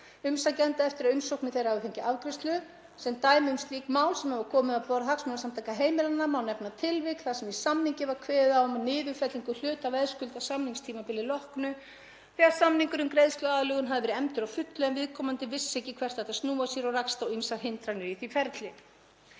umsækjenda eftir að umsóknir þeirra hafa fengið afgreiðslu. Sem dæmi um slík mál sem hafa komið á borð Hagsmunasamtaka heimilanna má nefna tilvik þar sem í samningi var kveðið á um niðurfellingu hluta veðskulda að samningstímabili loknu þegar samningur um greiðsluaðlögun hafði verið efndur að fullu en viðkomandi vissi ekki hvert ætti að snúa sér og rakst á ýmsar hindranir í því ferli.